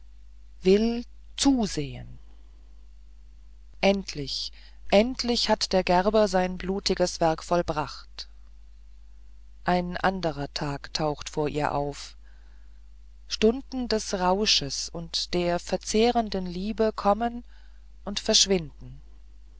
will zusehen endlich endlich hat der gerber sein blutiges werk vollbracht ein anderer tag taucht vor ihr auf stunden des rausches und verzehrende liebe kommen und schwinden